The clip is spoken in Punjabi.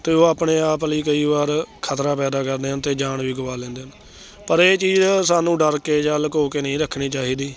ਅਤੇ ਉਹ ਆਪਣੇ ਆਪ ਲਈ ਕਈ ਵਾਰ ਖ਼ਤਰਾ ਪੈਦਾ ਕਰਦੇ ਹਨ ਅਤੇ ਜਾਨ ਵੀ ਗਵਾ ਲੈਂਦੇ ਹਨ ਪਰ ਇਹ ਚੀਜ਼ ਸਾਨੂੰ ਡਰ ਕੇ ਜਾਂ ਲੁਕਾ ਕੇ ਨਹੀਂ ਰੱਖਣੀ ਚਾਹੀਦੀ